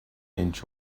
inch